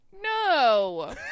no